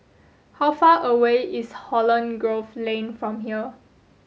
how far away is Holland Grove Lane from here